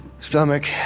stomach